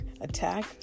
attack